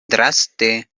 draste